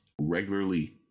regularly